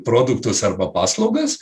produktus arba paslaugas